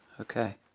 Okay